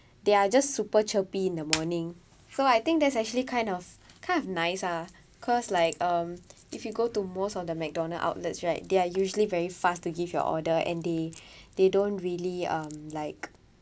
they are just super chirpy in the morning so I think that's actually kind of kind of nice ah cause like um if you go to most of the McDonald's outlets right they are usually very fast to give your order and they they don't really um like